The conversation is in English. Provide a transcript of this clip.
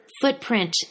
footprint